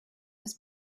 was